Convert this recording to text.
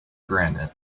granite